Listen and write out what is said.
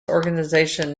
organization